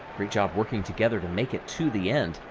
great job working together to make it to the end.